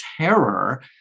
terror